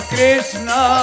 Krishna